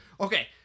Okay